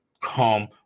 come